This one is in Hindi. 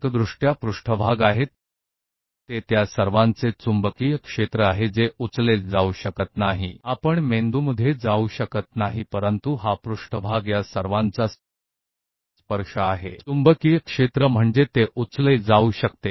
तो यह सतह TANGENTIALLY है यह इन सभी का चुंबकीय क्षेत्र है जिसे उठाया नहीं जा सकता है आप मस्तिष्क में नहीं जा सकते हैं लेकिन यह सतह इन सभी की स्पर्शरेखा है यह चुंबकीय क्षेत्र है इसे उठाया जा सकता है